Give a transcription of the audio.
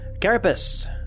Carapace